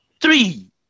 three